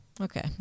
Okay